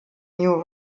new